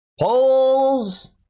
polls